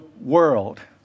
world